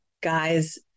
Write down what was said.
guys